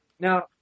Now